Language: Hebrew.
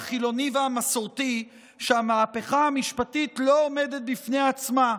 החילוני והמסורתי שהמהפכה המשפטית לא עומדת בפני עצמה,